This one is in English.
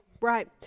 Right